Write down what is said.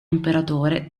imperatore